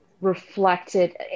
reflected